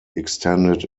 extended